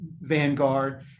Vanguard